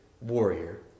warrior